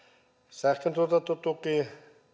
sähköntuotantotuki